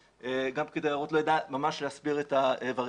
גם פקיד היערות לא ידע להסביר את הווריאביליות.